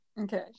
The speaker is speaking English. Okay